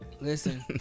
Listen